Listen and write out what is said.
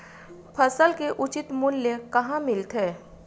फसल के उचित मूल्य कहां मिलथे?